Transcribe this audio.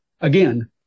again